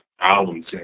albums